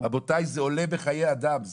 רבותיי, זה עולה בחיי אדם.